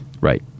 right